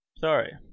Sorry